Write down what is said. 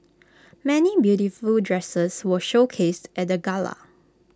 many beautiful dresses were showcased at the gala